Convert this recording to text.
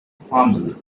fumble